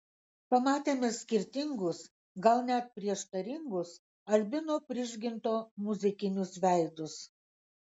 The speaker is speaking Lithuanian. pamatėme skirtingus gal net prieštaringus albino prižginto muzikinius veidus